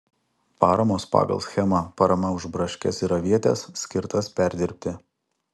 paramos pagal schemą parama už braškes ir avietes skirtas perdirbti